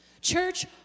Church